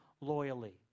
loyally